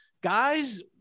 Guys